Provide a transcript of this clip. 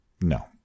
No